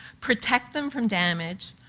protect them from damage,